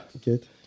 Good